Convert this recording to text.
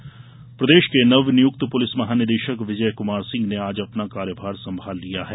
police महानिदेशक प्रदेश के नवनियुक्त पुलिस महानिदेशक विजय कुमार सिंह ने आज अपना कार्यभार संभाल लिया है